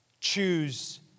choose